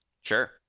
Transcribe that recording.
sure